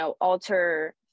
alter